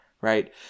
Right